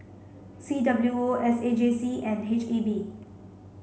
C W O S A J C and H E B